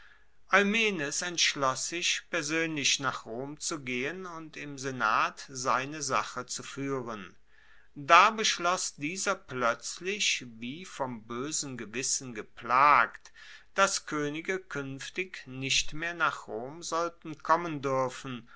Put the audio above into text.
eumenes entschloss sich persoenlich nach rom zu gehen und im senat seine sache zu fuehren da beschloss dieser ploetzlich wie vom boesen gewissen geplagt dass koenige kuenftig nicht mehr nach rom sollten kommen duerfen